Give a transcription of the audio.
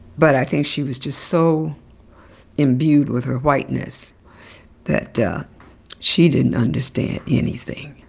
but i think she was just so imbued with her whiteness that she didn't understand anything